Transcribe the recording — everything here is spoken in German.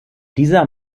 dieser